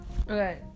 Okay